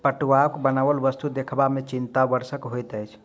पटुआक बनाओल वस्तु देखबा मे चित्तकर्षक होइत अछि